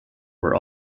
were